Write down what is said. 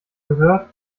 gehört